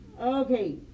Okay